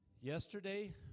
Yesterday